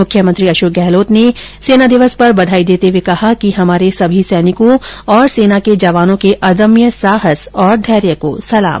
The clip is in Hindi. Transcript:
मुख्यमंत्री अशोक गहलोत ने सेना दिवस पर बधाई देते हुए कहा कि हमारे सभी सैनिकों और सेना के जवानों के अदम्य साहस और धैर्य को सलाम